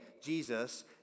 Jesus